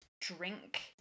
drink